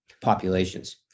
populations